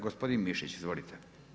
Gospodine Mišić, izvolite.